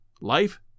life